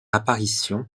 apparition